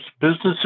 businesses